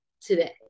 today